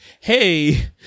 Hey